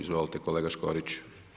Izvolite kolega Škorić.